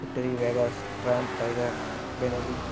victory Vegas Triumph Tiger Benelli